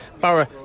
Borough